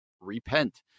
Repent